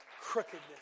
crookedness